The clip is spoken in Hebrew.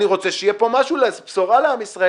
אני רוצה שיהיה בשורה לעם ישראל.